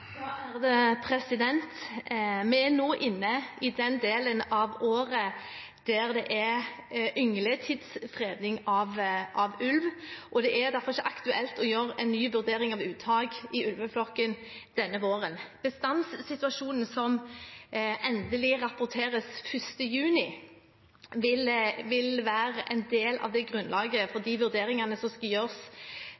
Vi er nå inne i den delen av året der det er yngletidsfredning av ulv, og det er derfor ikke aktuelt å gjøre en ny vurdering av uttak i ulveflokken denne våren. Bestandssituasjonen som endelig rapporteres 1. juni, vil være en del av grunnlaget for